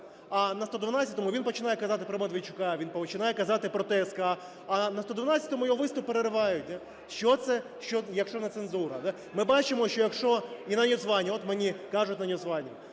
а на "112" він починає казати про Медведчука, він починає казати про ТСК, а на "112" його виступ переривають. Що це, якщо не цензура? Ми бачимо, що, якщо… і на NewsOnе, от мені кажуть, на NewsOne.